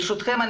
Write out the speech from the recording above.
ברשותכם,